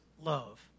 love